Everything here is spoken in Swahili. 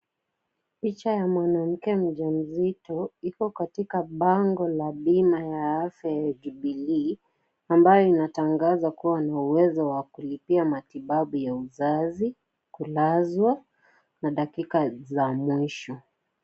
Picha ya mwanamke mjamzito. Iko katika bango la bima ya afya ya Jubilee, ambayo inatangaza kuwa wana uwezo wa kulipia matibabu ya uzazi, kulazwa na dakika za mwisho.